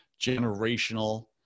Generational